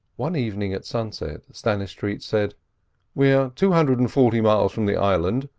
one evening at sunset, stannistreet said we're two hundred and forty miles from the island,